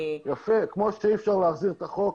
כמו שאי אפשר להחזיר את החוק,